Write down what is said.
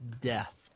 death